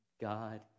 God